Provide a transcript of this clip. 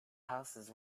houses